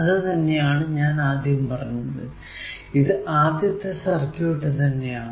അത് തന്നെ ആണ് ഞാൻ ആദ്യം പറഞ്ഞത് ഇത് ആദ്യത്തെ സർക്യൂട് തന്നെ ആണ്